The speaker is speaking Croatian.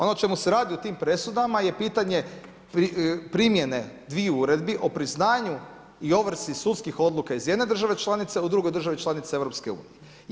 Ono o čemu se radi u tim presudama je pitanje primjene dviju uredbi o priznanju i ovrsi sudskih odluka iz jedne države članice u drugoj državi članici Europske unije.